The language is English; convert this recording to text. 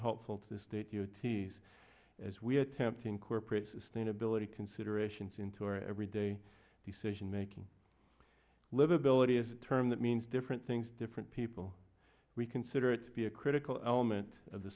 helpful to the state u t s as we attempt incorporate sustainability considerations into our everyday decision making livability is a term that means different things different people we consider it to be a critical element of the